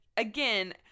Again